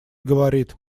говорит